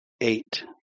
eight